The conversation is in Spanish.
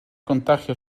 contagio